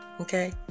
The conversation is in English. Okay